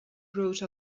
wrote